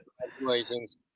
Congratulations